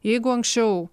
jeigu anksčiau